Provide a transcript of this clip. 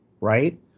right